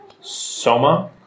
Soma